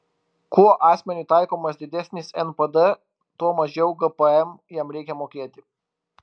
kuo asmeniui taikomas didesnis npd tuo mažiau gpm jam reikia mokėti